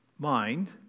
mind